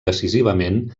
decisivament